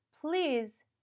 Please